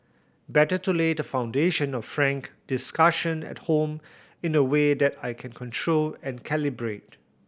better to lay the foundation of frank discussion at home in a way that I can control and calibrate